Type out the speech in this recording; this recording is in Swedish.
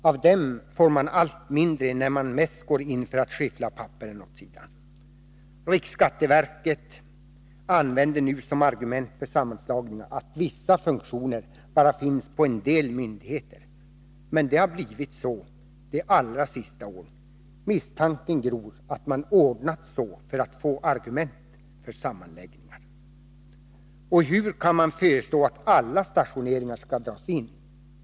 Av dem får man allt mindre när man mest går in för att skyffla papperen åt sidan. RSV använder nu som argument för sammanslagningar att vissa funktioner bara finns på en del myndigheter. Men det har blivit så de allra sista åren. Misstanken gror att man ordnat så för att få argument för sammanslagningar. Och hur kan man föreslå att alla stationeringar skall dras in?